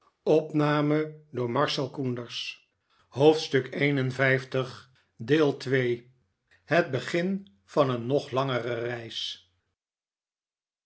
het begin van een nog langere reis